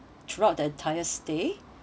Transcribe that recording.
throughout the entire stay